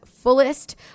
fullest